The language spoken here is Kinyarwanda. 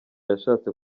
yashatse